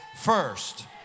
first